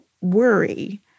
worry